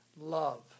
love